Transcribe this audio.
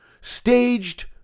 staged